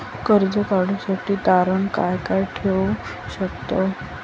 कर्ज काढूसाठी तारण काय काय ठेवू शकतव?